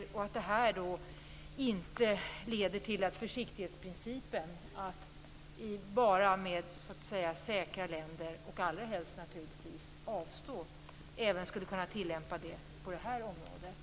Innebär inte det här ett avsteg från försiktighetsprincipen, dvs. att man exporterar endast till säkra länder och allra helst avstår?